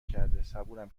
کرده، صبورم